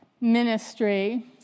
ministry